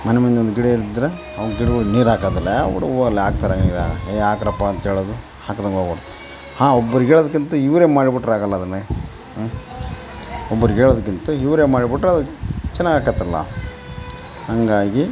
ಮನೆಮುಂದೆ ಒಂದು ಗಿಡಯಿದ್ರೆ ಅವು ಗಿಡಗಳಿಗ್ ನೀರು ಹಾಕೋದಿಲ್ಲ ಏ ಬಿಡು ಹೋಗ್ಲಿ ಹಾಕ್ತಾರ ಈಗ ಏ ಹಾಕ್ರಪ್ಪ ಅಂತ ಹೇಳೋದು ಹಾಕ್ದಂಗೆ ಹೋಗ್ಬಿಡೋದ್ ಹಾಂ ಒಬ್ಬರಿಗೆ ಹೇಳೋದ್ಕಿಂತ ಇವರೇ ಮಾಡ್ಬಿಟ್ರಾಗೋಲ್ಲ ಅದನ್ನೇ ಹ್ಞೂ ಒಬ್ಬರಿಗೆ ಹೇಳೋದಿಕ್ಕಿಂತ ಇವರೇ ಮಾಡ್ಬಿಟ್ರೆ ಅದು ಚೆನ್ನಾಗ್ ಆಗತ್ತಲ್ಲ ಹಂಗಾಗಿ